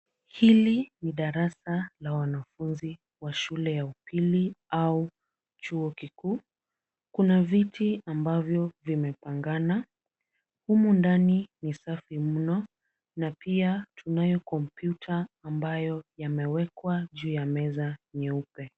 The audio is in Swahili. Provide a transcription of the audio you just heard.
Hili ni darasa la wanafunzi wa shule ya upili au chuo kikuu. Kuna viti ambavyo vimepangana. Humu ndani ni safi mno na pia tunayo kompyuta ambayo yamewekwa juu ya meza nyeupe.